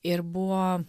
ir buvo